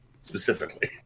specifically